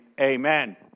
amen